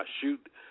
shoot